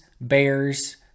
Bears